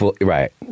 Right